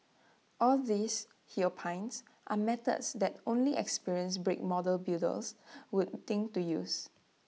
all these he opines are methods that only experienced brick model builders would think to use